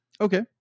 okay